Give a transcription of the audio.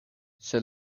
sed